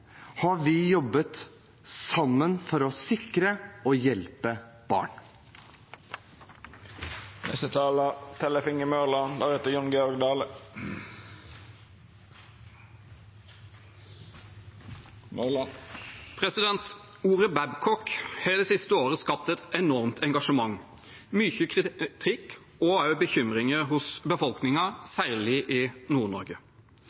har vi jobbet sammen for å sikre og hjelpe barn. Ordet «Babcock» har det siste året skapt et enormt engasjement, mye kritikk og også bekymringer hos